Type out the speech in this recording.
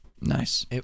nice